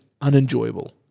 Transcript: unenjoyable